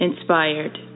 Inspired